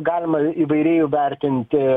galima įvairiai vertinti